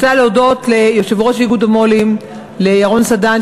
אני רוצה להודות ליושב ראש איגוד המו"לים ירון סדן,